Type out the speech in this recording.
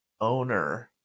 owner